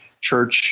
church